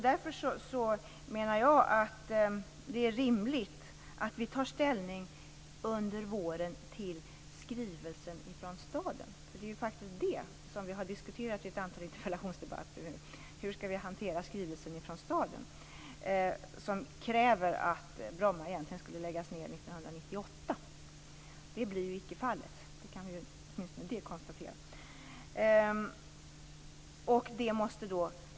Därför menar jag att det är rimligt att vi under våren tar ställning till skrivelsen från staden. Det är faktiskt det vi har diskuterat vid ett antal interpellationsdebatter. Hur skall vi hantera skrivelsen från staden? Den kräver egentligen att Bromma skall läggas ned 1998. Det blir icke fallet. Åtminstone det kan vi konstatera.